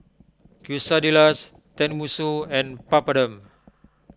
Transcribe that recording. Quesadillas Tenmusu and Papadum